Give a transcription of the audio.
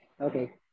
Okay